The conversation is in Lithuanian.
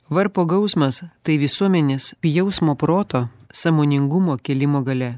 varpo gausmas tai visuomenės jausmo proto sąmoningumo kėlimo galia